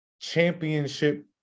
championship